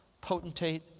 potentate